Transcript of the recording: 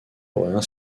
pourraient